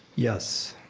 yes.